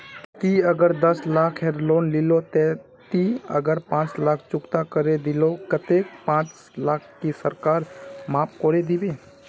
ती अगर दस लाख खेर लोन लिलो ते ती अगर पाँच लाख चुकता करे दिलो ते कतेक पाँच लाख की सरकार माप करे दिबे?